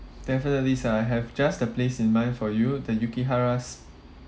definitely sir I have just the place in mind for you the yukihara